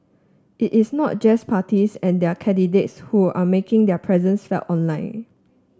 it is not just parties and their candidates who are making their presence felt online